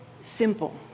simple